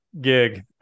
gig